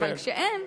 אבל כשאין,